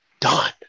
done